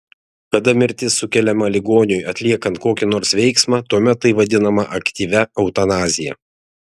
kada mirtis sukeliama ligoniui atliekant kokį nors veiksmą tuomet tai vadinama aktyvia eutanazija